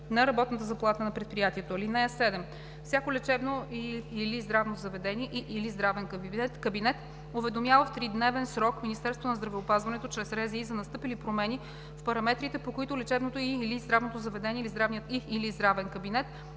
на работната заплата на предприятието. (7) Всяко лечебно и/или здравно заведение, и/или здравен кабинет уведомява в тридневен срок Министерството на здравеопазването, чрез РЗИ, за настъпили промени в параметрите, по които лечебното и/или здравното заведение, и/или здравен кабинет